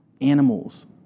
Animals